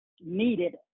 needed